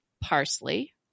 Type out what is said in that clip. parsley